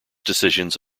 decisions